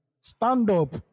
Stand-up